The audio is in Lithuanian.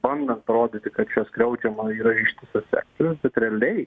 bandant parodyti kad čia skriaudžiamas yra ištisas sektorius bet realiai